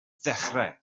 ddechrau